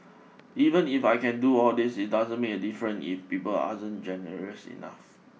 even if I can do all this it doesn't make a different if people generous enough